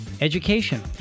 education